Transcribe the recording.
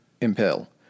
Impale